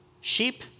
sheep